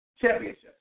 championships